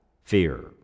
Fear